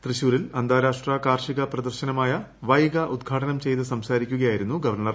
തൃശ്ശൂരിൽ അന്താരാഷ്ട്ര കാർഷിക പ്രദർശനമായ വൈഗ ഉദ്ഘാടനം ചെയ്തു സംസാരിക്കുകയായിരുന്നു ഗവർണർ